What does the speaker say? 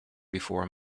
before